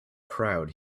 crowd